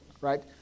Right